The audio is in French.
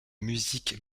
musique